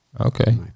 Okay